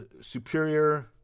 Superior